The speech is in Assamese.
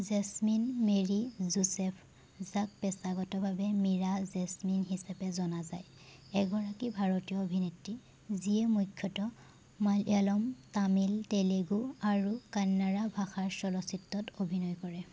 জেচমিন মেৰী যোচেফ যাক পেচাগতভাৱে মীৰা জেচমিন হিচাপে জনা যায় এগৰাকী ভাৰতীয় অভিনেত্ৰী যিয়ে মুখ্যতঃ মালয়ালম তামিল তেলেগু আৰু কান্নাড়া ভাষাৰ চলচ্চিত্ৰত অভিনয় কৰে